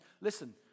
listen